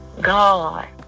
God